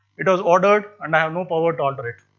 it was ordered and i have no power to alter it.